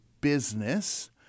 business